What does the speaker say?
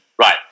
right